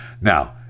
Now